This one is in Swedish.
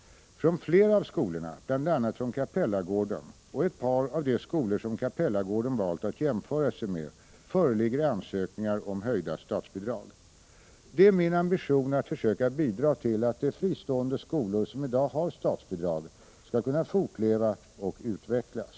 Från flera av skolorna, bl.a. från Capellagården och ett par av de skolor som Capellagården valt att jämföra sig med, föreligger ansökningar om höjda statsbidrag. Det är min ambition att försöka bidra till att de fristående skolorna som i dag har statsbidrag skall kunna fortleva och utvecklas.